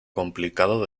complicado